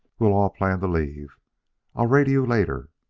we'll all plan to leave i'll radio later.